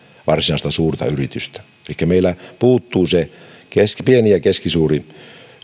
varsinaista suurta yritystä elikkä meillä puuttuu se pieni ja keskisuuri